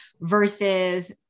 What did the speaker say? versus